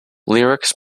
lyrics